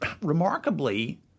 remarkably